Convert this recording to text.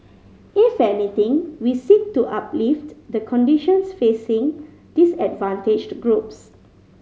if anything we seek to uplift the conditions facing disadvantaged groups